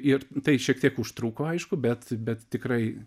ir tai šiek tiek užtruko aišku bet bet tikrai